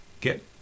get